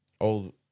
Old